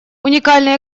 уникальные